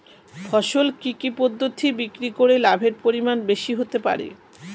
ফসল কি কি পদ্ধতি বিক্রি করে লাভের পরিমাণ বেশি হতে পারবে?